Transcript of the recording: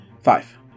Five